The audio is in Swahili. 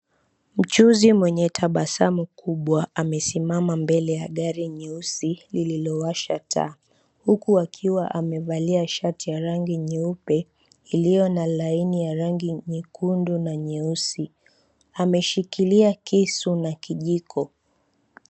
Mchuzi mwenye tabasamu kubwa amesimama mbele ya gari nyeusi lililowasha taa huku akiwa amevalia shati 𝑦𝑎 𝑟𝑎𝑛𝑔𝑖 nyeupe iliyo na 𝑙𝑎𝑖𝑛𝑖 𝑦a rangi nyekundu na nyeusi. Ameshikilia kisu na kijiko.